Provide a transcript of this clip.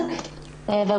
שלום.